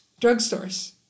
drugstores